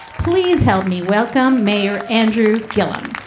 please help me welcome mayor andrew dillon.